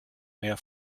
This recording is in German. mehr